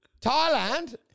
Thailand